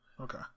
Okay